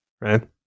Right